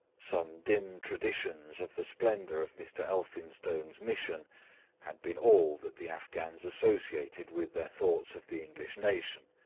some dim traditions of the splendour of mr. elphinstone's mission had been all that the afghans associated with their thoughts of the english nation,